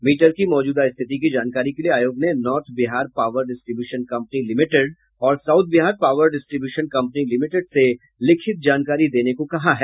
metre की मौजूदा स्थिति की जानकारी के लिये आयोग ने north Bihar power distribution company limited और south Bihar power distribution company limited से लिखित जानकारी देने को कहा है